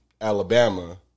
Alabama